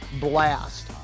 blast